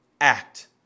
Act